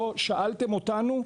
שאלתם אותנו,